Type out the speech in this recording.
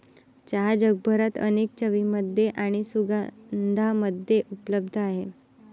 चहा जगभरात अनेक चवींमध्ये आणि सुगंधांमध्ये उपलब्ध आहे